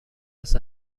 است